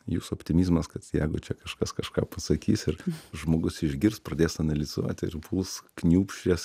jūsų optimizmas kad jegu čia kažkas kažką pasakys ir žmogus išgirs pradės analizuot ir puls kniūbsčias